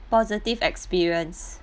positive experience